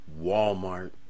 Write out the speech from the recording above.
Walmart